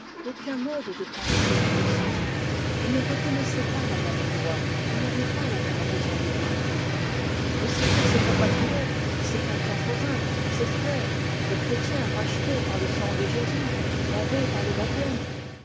aucun mode de pensée ou de sentiment ils ne reconnaissaient pas la même loi ils n'avaient pas la même raison de vivre et c'étaient des chrétiens rachetés par le sang de jésus lavés par le baptême